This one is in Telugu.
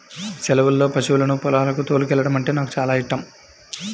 సెలవుల్లో పశువులను పొలాలకు తోలుకెల్లడమంటే నాకు చానా యిష్టం